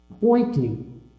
pointing